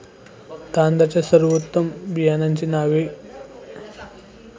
तांदळाच्या सर्वोत्तम बियाण्यांची नावे?